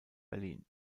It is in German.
berlin